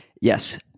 yes